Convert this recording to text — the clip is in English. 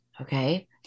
Okay